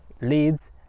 leads